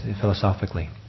philosophically